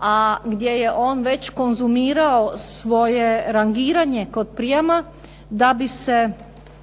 a gdje je on već konzumirao svoje rangiranje kod prijama da bi se